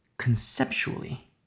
conceptually